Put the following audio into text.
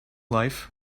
life